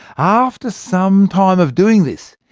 after some time of doing this,